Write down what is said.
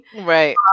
Right